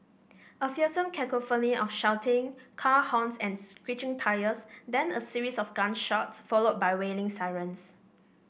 a fearsome cacophony of shouting car horns and screeching tyres then a series of gunshots followed by wailing sirens